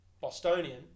Bostonian